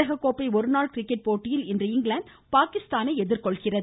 உலகக்கோப்பை ஒருநாள் கிரிக்கெட் போட்டியில் இன்று இங்கிலாந்து பாகிஸ்தானை எதிர்கொள்கிறது